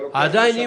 עדיין,